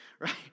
Right